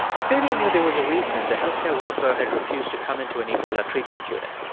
athalia knew there was a reason the health care worker had refused to come into an ebola treatment unit.